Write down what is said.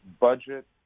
budget